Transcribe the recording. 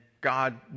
God